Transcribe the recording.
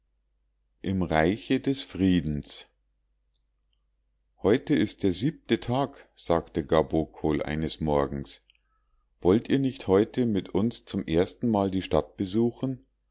im reiche des friedens heute ist der siebte tag sagte gabokol eines morgens wollt ihr nicht heute mit uns zum erstenmal die stadt besuchen